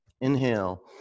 Inhale